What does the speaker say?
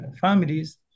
families